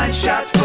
shot